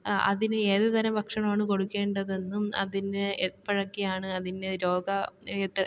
അതിന് ഏതു തരം ഭക്ഷണമാണ് കൊടുക്കേണ്ടതെന്നും അതിൻ്റെ എപ്പോഴൊക്കെയാണ് അതിന് രോഗ